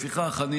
לפיכך, אני